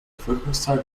bevölkerungszahl